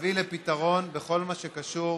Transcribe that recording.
שתביא לפתרון בכל מה שקשור